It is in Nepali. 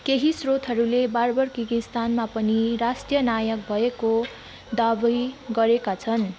केही स्रोतहरूले बाबर किर्गिस्तानमा पनि राष्ट्रिय नायक भएको दाबी गरेका छन्